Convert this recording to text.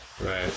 Right